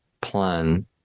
plan